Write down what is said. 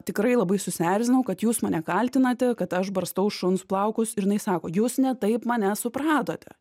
tikrai labai susierzinau kad jūs mane kaltinate kad aš barstau šuns plaukus ir jinai sako jūs ne taip mane supratote